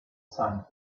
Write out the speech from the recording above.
sun